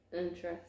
Interesting